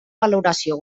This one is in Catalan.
valoració